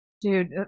Dude